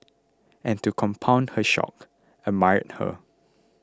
and to compound her shock admired her